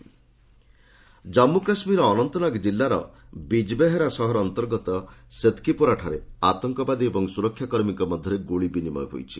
JK gunfight Jammu Kashmir Anantnag ଜିଲ୍ଲାର ବିଜ୍ବେହାରା ସହର ଅନ୍ତର୍ଗତ ସେତ୍କିଗୋରାଠରେ ଆତଙ୍କବାଦୀ ଓ ସୁରକ୍ଷାକର୍ମୀଙ୍କ ମଧ୍ୟରେ ଗୁଳିବିନିମୟ ହୋଇଛି